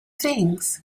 things